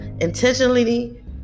intentionally